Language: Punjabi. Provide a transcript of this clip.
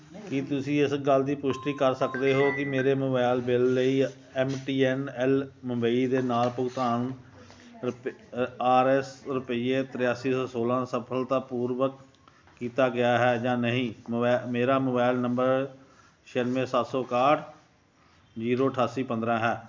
ਕੀ ਤੁਸੀਂ ਇਸ ਗੱਲ ਦੀ ਪੁਸ਼ਟੀ ਕਰ ਸਕਦੇ ਹੋ ਕੀ ਮੇਰੇ ਮੋਬਾਈਲ ਬਿੱਲ ਲਈ M T N L Mumbai ਦੇ ਨਾਲ ਭੁਗਤਾਨ ਰੁਪ ਆਰ ਐੱਸ ਰੁਪਈਏ ਤਰਿਆਸੀ ਸੌ ਸੌਲ੍ਹਾਂ ਸਫਲਤਾਪੂਰਵਕ ਕੀਤਾ ਗਿਆ ਹੈ ਜਾਂ ਨਹੀਂ ਮੋਬੈ ਮੇਰਾ ਮੋਬਾਈਲ ਨੰਬਰ ਛਿਆਨਵੇਂ ਸੱਤ ਸੌ ਇਕਾਹਟ ਜੀਰੋ ਅਠਾਸੀ ਪੰਦਰ੍ਹਾਂ ਹੈ